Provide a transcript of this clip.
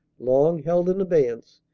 long held in abeyance,